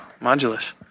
Modulus